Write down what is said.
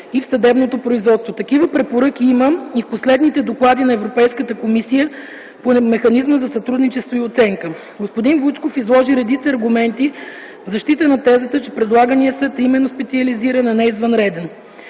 и в съдебното производство. Такива препоръки има и в последните доклади на Европейската комисия по Механизма за сътрудничество и оценка. Господин Вучков изложи редица аргументи в защита на тезата, че предлаганият съд е именно специализиран, а не извънреден: